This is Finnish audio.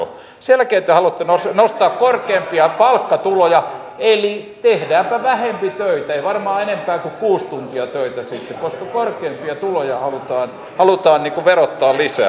sen jälkeen te haluatte nostaa korkeampia palkkatuloja eli tehdäänpä vähempi töitä ei varmaan enempää kuin kuusi tuntia töitä sitten koska korkeampia tuloja halutaan verottaa lisää